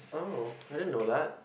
oh I didn't know that